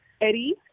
Eddie